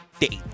date